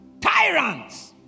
Tyrants